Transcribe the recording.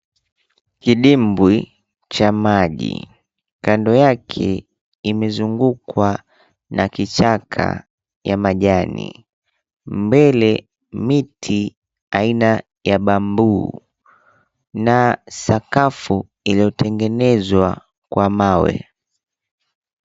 Kidimbwi cha maji kando yake, imezungukwa na kichaka ya majani mbele, miti aina ya bamboo na sakafu iliyotengenezwa kwa mawe.